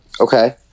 Okay